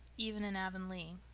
even in avonlea.